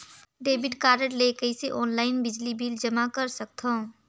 Debit card ले कइसे online बिजली बिल जमा कर सकथव?